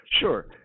sure